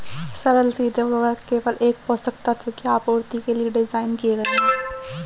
सरल सीधे उर्वरक केवल एक पोषक तत्व की आपूर्ति के लिए डिज़ाइन किए गए है